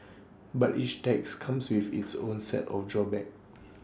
but each tax comes with its own set of drawbacks